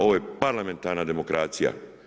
Ovo je parlamentarna demokracija.